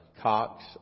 Cox